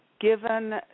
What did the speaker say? given